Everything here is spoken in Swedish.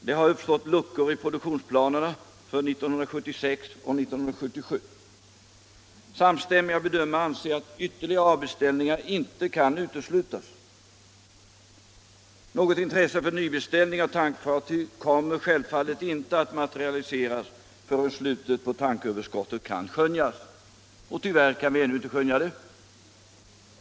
Det har uppstått luckor i produktionsplanerna för 1976 och 1977. Samstämmiga bedömare anser att ytterligare avbeställningar inte kan uteslutas. Något intresse för nybyggnad av tankfartyg kommer självfallet inte att materialiseras förrän slutet på tanköverskottet kan skönjas, och tyvärr kan vi ännu inte skönja det.